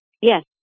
Yes